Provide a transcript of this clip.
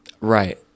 Right